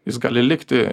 jis gali likti